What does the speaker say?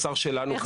כן.